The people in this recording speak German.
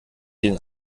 den